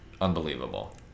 unbelievable